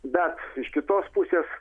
bet iš kitos pusės